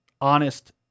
honest